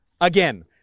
again